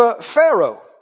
Pharaoh